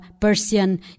Persian